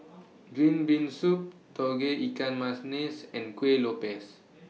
Green Bean Soup Tauge Ikan and Kuih Lopes